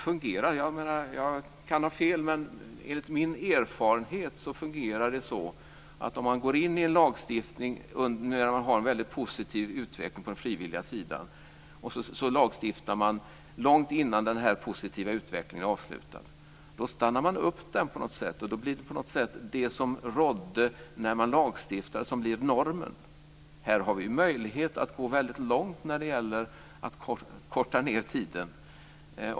Jag kan ha fel, men enligt min erfarenhet så fungerar det så att om man har en väldigt positiv utveckling på den frivilliga sidan och sedan lagstiftar långt innan denna positiva utveckling är avslutad så stannar man upp den på något sätt, och då blir det på något sätt det som rådde när man lagstiftade som blir normen. Här har vi möjlighet att gå väldigt långt när det gäller att förkorta tiden.